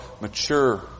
mature